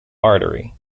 artery